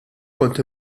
kont